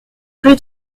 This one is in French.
rue